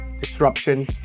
Disruption